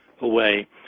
away